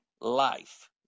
life